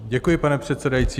Děkuji, pane předsedající.